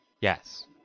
Yes